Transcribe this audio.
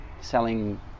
selling